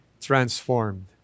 transformed